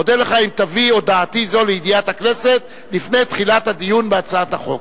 אודה לך אם תביא הודעתי זו לידיעת הכנסת לפני תחילת הדיון בהצעת החוק.